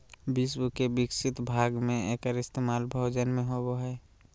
विश्व के विकसित भाग में एकर इस्तेमाल भोजन में होबो हइ